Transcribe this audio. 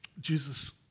Jesus